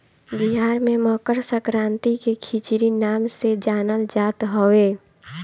बिहार में मकरसंक्रांति के खिचड़ी नाम से जानल जात हवे